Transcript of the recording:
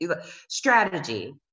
strategy